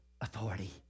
authority